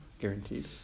guaranteed